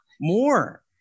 more